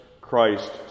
Christ